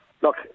Look